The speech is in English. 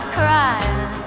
crying